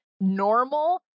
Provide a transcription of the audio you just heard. normal